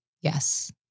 Yes